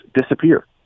disappear